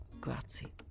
Grazie